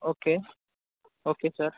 okay okay sir